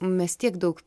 mes tiek daug